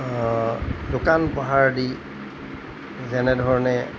দোকান পোহাৰ দি যেনেধৰণে